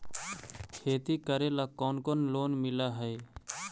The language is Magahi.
खेती करेला कौन कौन लोन मिल हइ?